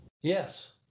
yes